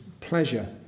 pleasure